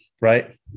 right